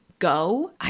go